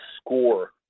score